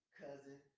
cousin